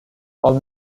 call